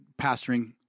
pastoring